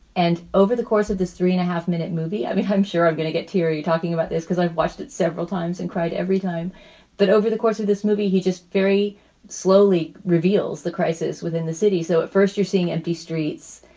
and over the course of this three and a half minute movie, i mean, i'm sure i'm going to get teary. you're talking about this because i've watched it several times and cried every time that over the course of this movie, he just very slowly reveals the crisis within the city. so at first you're seeing empty streets,